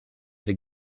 avec